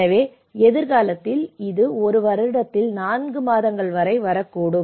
எனவே எதிர்காலத்தில் இது ஒரு வருடத்தில் 4 மாதங்கள் வரை வரக்கூடும்